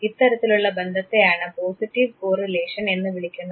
ഇത്തരത്തിലുള്ള ബന്ധത്തെയാണ് positive correlation എന്ന് വിളിക്കുന്നത്